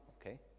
okay